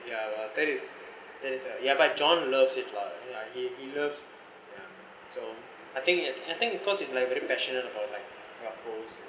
ya that is that is ya but john loves it lah ya he he loves so I think and I think because it's like very passionate about like waffles